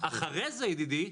אחרי זה ידידי,